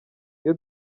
iyo